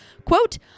quote